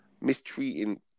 mistreating